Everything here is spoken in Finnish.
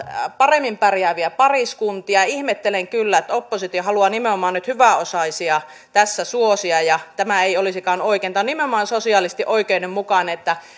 paremmin pärjääviä pariskuntia ihmettelen kyllä että oppositio haluaa nimenomaan nyt hyväosaisia tässä suosia ja tämä ei olisikaan oikein tämä on nimenomaan sosiaalisesti oikeudenmukainen että